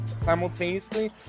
simultaneously